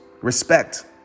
respect